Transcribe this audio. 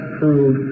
prove